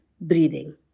breathing